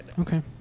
Okay